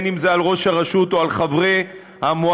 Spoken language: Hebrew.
אם זה על ראש הרשות ואם על חברי המועצה,